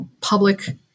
public